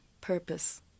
purpose